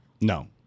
No